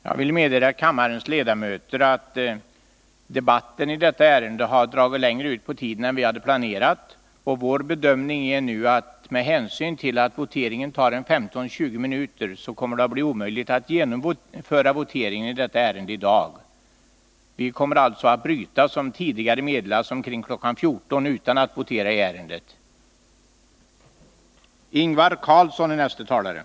Jag vill meddela kammarens ledamöter att debatten i detta ärende har dragit längre ut på tiden än vi hade planerat. Med hänsyn till att voteringen tar 15-20 minuter är vår bedömning att det är omöjligt att i dag genomföra voteringen i detta ärende. Vi kommer, som tidigare meddelats, att bryta ärendebehandlingen kl. 14.00.